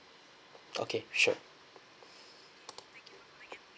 okay sure